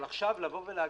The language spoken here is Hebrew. אבל עכשיו להגיד,